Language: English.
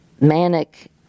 manic